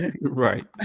right